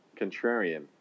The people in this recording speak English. contrarian